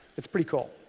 it's pretty cool.